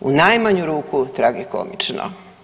U najmanju ruku tragikomično.